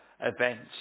events